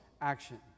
action